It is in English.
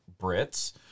Brits